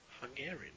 Hungarian